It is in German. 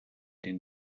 den